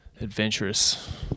adventurous